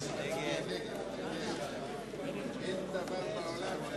ההסתייגות של חברי הכנסת אופיר פינס-פז